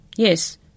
Yes